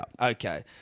Okay